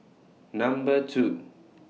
Number two